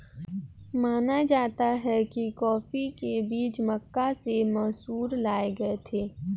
माना जाता है कि कॉफी के बीज मक्का से मैसूर लाए गए थे